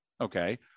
Okay